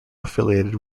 affiliated